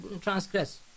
transgress